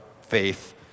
faith